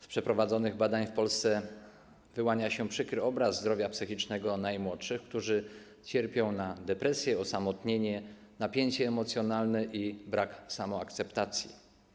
Z przeprowadzonych badań w Polsce wyłania się przykry obraz zdrowia psychicznego najmłodszych, którzy cierpią na depresję, osamotnienie, napięcie emocjonalne i brak samoakceptacji.